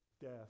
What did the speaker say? death